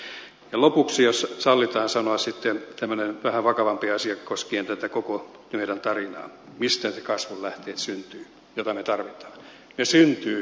ja lopuksi jos sallitaan sanoa sitten tämmöinen vähän vakavampi asia koskien tätä koko meidän tarinaamme mistä ne kasvun lähteet syntyvät joita me tarvitsemme